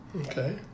Okay